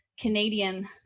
Canadian